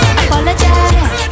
apologize